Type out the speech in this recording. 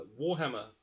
Warhammer